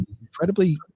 incredibly